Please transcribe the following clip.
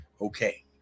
okay